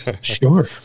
Sure